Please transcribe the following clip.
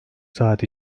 saat